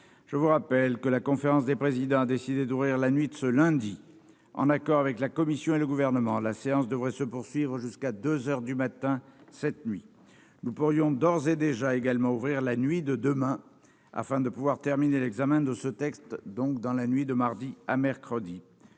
je vous rappelle que la conférence des présidents a décidé d'ouvrir la nuit de ce lundi, en accord avec la commission et le gouvernement là. Séance devrait se poursuivre jusqu'à 2 heures du matin cette nuit, nous pourrions d'ores et déjà également ouvrir la nuit de demain afin de pouvoir terminer l'examen de ce texte. Donc, dans la nuit de mardi à mercredi,